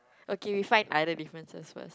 okay we find other differences first